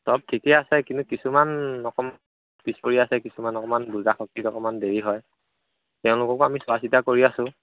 চব ঠিকে আছে কিন্তু কিছুমান অকণমান পিছ পৰি আছে কিছুমান অকণমান বুজাশক্তিত অকণমান দেৰি হয় তেওঁলোককো আমি চোৱা চিতা কৰি আছো